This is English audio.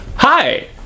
Hi